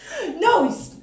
No